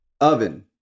oven